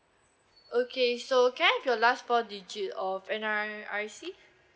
okay so can I have your last four digit of N_R_I_C